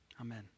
Amen